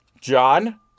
John